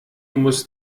muss